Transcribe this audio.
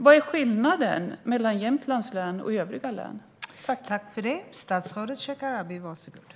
Vad är skillnaden mellan Jämtlands län och övriga län?